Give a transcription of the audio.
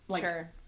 Sure